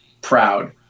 proud